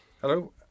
Hello